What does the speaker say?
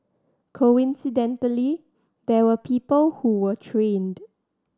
coincidentally there were people who were trained